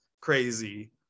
crazy